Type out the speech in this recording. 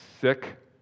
sick